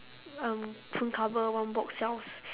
um phone cover one box sells